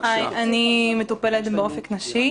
אני מטופלת ב"אופק נשי".